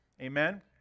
Amen